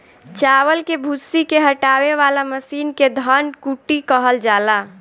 चावल के भूसी के हटावे वाला मशीन के धन कुटी कहल जाला